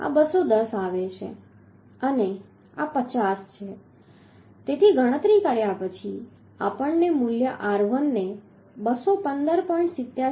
આ 210 આવે છે અને આ 50 છે તેથી ગણતરી કર્યા પછી આપણે મૂલ્ય r1 ને 215